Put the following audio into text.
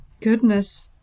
Goodness